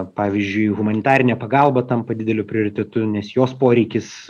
pavyzdžiui humanitarinė pagalba tampa dideliu prioritetu nes jos poreikis